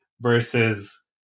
versus